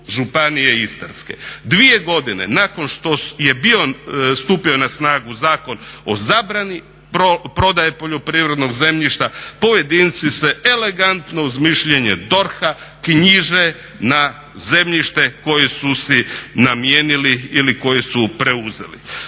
Dvije godine nakon što je bio, stupio na snagu Zakon o zabrani prodaje poljoprivrednog zemljišta pojedinci se elegantno uz mišljenje DORH-a knjiže na zemljište koje su si namijenili ili koje su preuzeli.